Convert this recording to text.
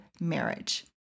marriage